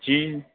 جی